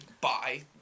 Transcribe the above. Bye